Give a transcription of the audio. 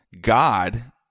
God